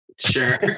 Sure